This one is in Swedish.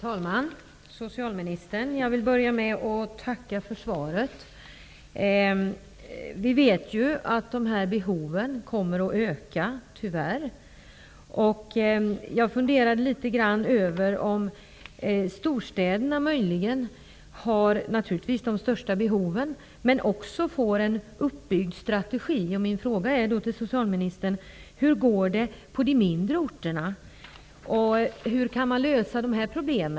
Herr talman! Jag vill börja med att tacka socialministern för svaret. Vi vet ju att dessa behov tyvärr kommer att öka. Storstäderna har naturligtvis de största behoven, och för dem finns också en uppbyggd strategi. Min fråga till socialministern är: Hur går det på de mindre orterna, och hur kan man där lösa dessa problem?